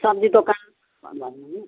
सब्जी दोकान